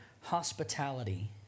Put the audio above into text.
hospitality